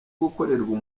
gukorerwa